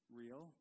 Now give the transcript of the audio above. real